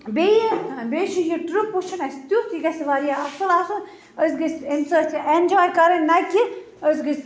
بیٚیہِ بیٚیہِ چھُ یہِ ٹرٛپ وُچھُن اَسہِ تیُتھ یہِ گَژھِ واریاہ اصٕل آسُن أسۍ گٔژھۍ امہِ سۭتۍ ایٚنجاے کَرٕنۍ نہَ کہِ أسۍ گٔژھۍ